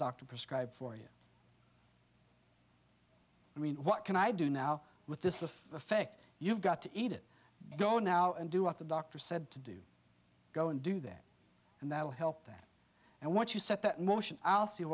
doctor prescribed for you i mean what can i do now with this of effect you've got to eat it go now and do what the doctor said to do go and do that and that will help that and once you set that motion i'll see